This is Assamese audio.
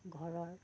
ঘৰৰ